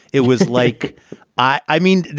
it was like i mean,